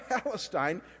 Palestine